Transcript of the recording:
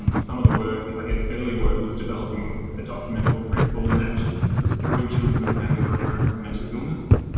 um some of the work, early work, was developing a document called, principles and actions for supporting children and families where a parent has a mental illness.